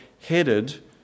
headed